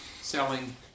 selling